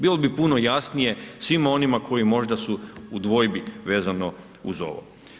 Bilo bi puno jasnije svima onima koji možda su u dvojbi vezano uz ovo.